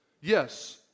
Yes